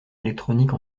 électroniques